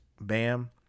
Bam